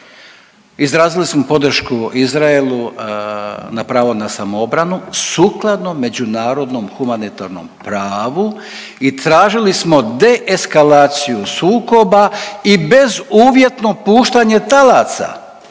izrazili smo podršku Izraelu na pravo na samoobranu sukladno međunarodnom humanitarnom pravu i tražili smo deeskalaciju sukoba i bezuvjetno puštanje talaca.